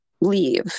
leave